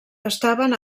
estaven